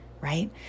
right